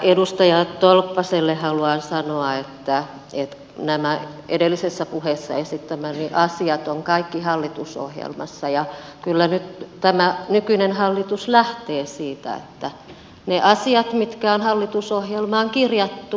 edustaja tolppaselle haluan sanoa että nämä edellisessä puheessa esittämäni asiat ovat kaikki hallitusohjelmassa ja kyllä nyt tämä nykyinen hallitus lähtee siitä että ne asiat mitkä ovat hallitusohjelmaan kirjattu ne myös toteutetaan